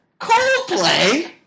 Coldplay